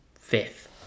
fifth